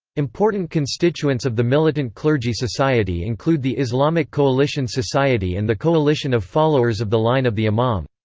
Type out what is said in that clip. important constituents of the militant clergy society include the islamic coalition society and the coalition of followers of the line of the imam.